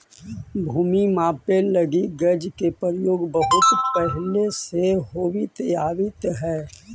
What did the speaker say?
भूमि मापे लगी गज के प्रयोग बहुत पहिले से होवित आवित हइ